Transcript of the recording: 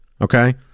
okay